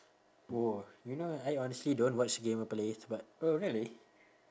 oh you know I honestly don't watch gamer plays but oh really